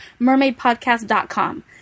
mermaidpodcast.com